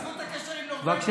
בזכות הקשר עם נורבגיה, נכון?